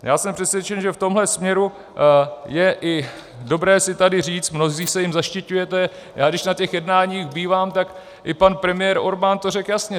Já jsem přesvědčen, že v tomhle směru je i dobré si tady říct, mnozí se jím zaštiťujete, já když na těch jednáních bývám, tak i pan premiér Orbán to řekl jasně.